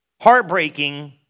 heartbreaking